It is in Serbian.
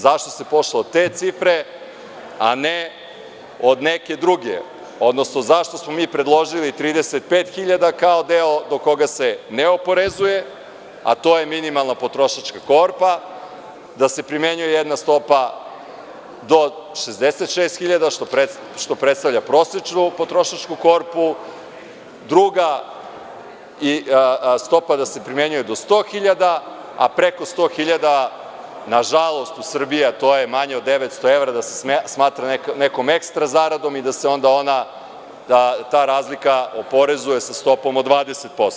Zašto se pošlo od te cifre a ne od neke druge, odnosno zašto smo mi predložili 35 hiljada kao deo do koga se ne oporezuje, a to je minimalna potrošačka korpa, da se primenjuje jedna stopa do 66 hiljada što predstavlja prosečnu potrošačku korpu, druga stopa da se primenjuje do 100 hiljada, a preko 100 hiljada, nažalost u Srbiji, to je manje od 900 evra da se smatra nekom ekstra zaradom i da se onda ta razlika oporezuje sa stopom od 20%